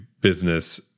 business